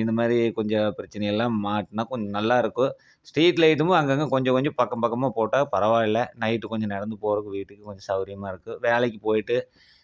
இந்த மாதிரி கொஞ்சம் பிரச்சினை எல்லாம் மாற்றினா கொஞ்சம் நல்லா இருக்கும் ஸ்ட்ரீட் லைட்டும் அங்கே அங்கே கொஞ்சம் கொஞ்சம் பக்கம் பக்கமாக போட்டால் பாரவா இல்லை நைட்டு கொஞ்சம் நடந்து போகிறதுக்கு வீட்டுக்கு கொஞ்சம் சவுகரியமா இருக்கும் வேலைக்கு போயிட்டு